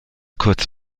kurz